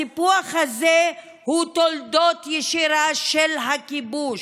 הסיפוח הזה הוא תוצאה ישירה של הכיבוש.